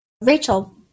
Rachel